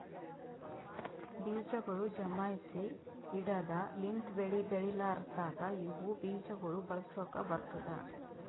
ಬೀಜಗೊಳ್ ಜಮಾಯಿಸಿ ಇಡದ್ ಲಿಂತ್ ಬೆಳಿ ಬೆಳಿಲಾರ್ದಾಗ ಇವು ಬೀಜ ಗೊಳ್ ಬಳಸುಕ್ ಬರ್ತ್ತುದ